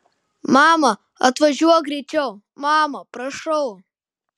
mama atvažiuok greičiau mama prašau